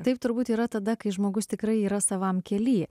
taip turbūt yra tada kai žmogus tikrai yra savam kely